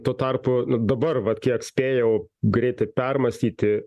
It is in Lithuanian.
tuo tarpu dabar vat kiek spėjau greitai permąstyti